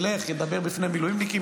ילך וידבר בפני מילואימניקים,